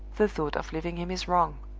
the thought of leaving him is wrong!